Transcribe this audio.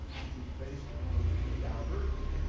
which was based on daubert